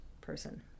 person